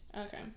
Okay